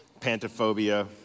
pantophobia